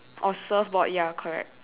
oh surfboard ya correct